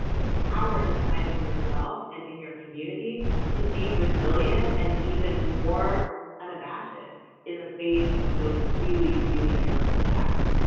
the power inside of yourself and in your community to be resilient and even more on a acid in the face of those really really terrible attacks